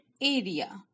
area